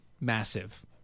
massive